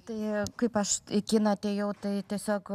tai kaip aš į kiną atėjau tai tiesiog